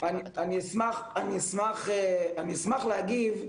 אני אשמח להגיב.